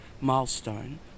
milestone